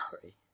sorry